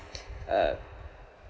uh